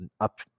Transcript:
up